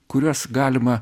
kuriuos galima